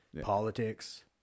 Politics